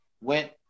went